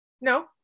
no